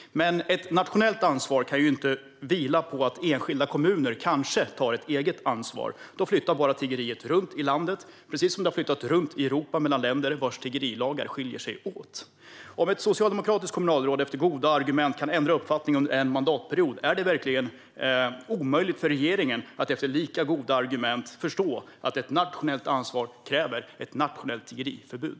Ett nationellt ansvar kan dock inte vila på att enskilda kommuner kanske tar ett eget ansvar. Då flyttar tiggeriet bara runt i landet, precis som det har flyttat runt i Europa mellan länder vars tiggerilagar skiljer sig åt. Om ett socialdemokratiskt kommunalråd efter goda argument kan ändra uppfattning under en mandatperiod, är det verkligen omöjligt för regeringen att efter lika goda argument förstå att ett nationellt ansvar kräver ett nationellt tiggeriförbud?